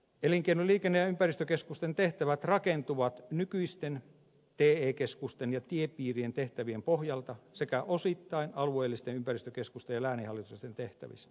elinkeino liikenne ja ympäristökeskusten tehtävät rakentuvat nykyisten te keskusten ja tiepiirien tehtävien pohjalta sekä osittain alueellisten ympäristökeskusten ja lääninhallitusten tehtävistä